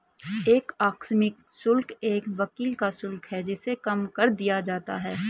एक आकस्मिक शुल्क एक वकील का शुल्क है जिसे कम कर दिया जाता है